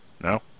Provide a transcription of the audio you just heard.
No